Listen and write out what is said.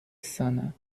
sana